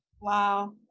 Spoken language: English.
Wow